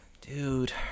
dude